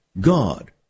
God